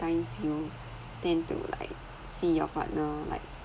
times you tend to like see your partner like